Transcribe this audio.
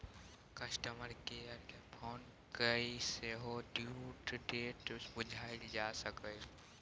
customer care केँ phone कए सेहो ड्यु डेट बुझल जा सकैए